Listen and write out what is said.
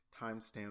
Timestamp